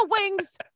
wings